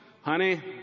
Honey